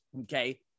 okay